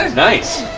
nice!